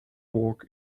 walk